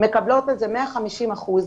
מקבלות על זה 1505,